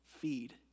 feed